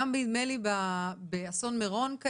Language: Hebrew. נדמה לי שגם באסון מירון,